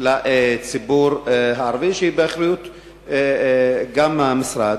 לציבור הערבי, שזה גם באחריות המשרד.